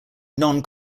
non